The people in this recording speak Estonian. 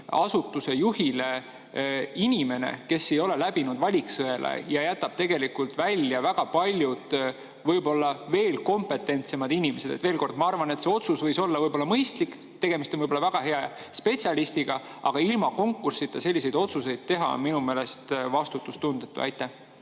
riigiasutuse juhiks inimene, kes ei ole läbinud valikusõela, mis jätab tegelikult välja väga paljud võib-olla veel kompetentsemad inimesed? Veel kord, ma arvan, et see otsus võis olla mõistlik, tegemist võib olla väga hea spetsialistiga, aga ilma konkursita selliseid otsuseid teha on minu meelest vastutustundetu. Aitäh,